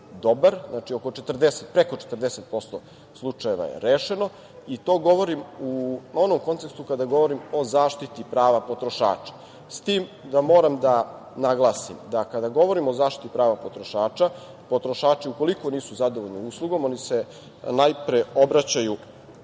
dobar. Znači, preko 40% slučajeva je rešeno i to govorim u onom kontekstu kada govorim o zaštiti prava potrošača, s tim da moram da naglasim da kada govorimo o zaštiti prava potrošača, potrošači ukoliko nisu zadovoljni uslugom, oni sa najpre obraćaju